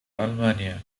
ألمانيا